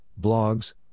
blogs